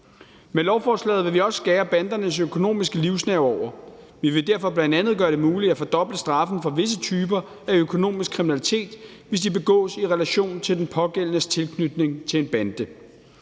Med lovforslaget vil vi også skære bandernes økonomiske livsnerve over. Vi vil derfor bl.a. gøre det muligt at fordoble straffen for visse typer af økonomisk kriminalitet, hvis de begås i relation til den pågældendes tilknytning til en bande.